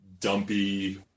dumpy